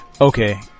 Okay